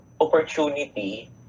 opportunity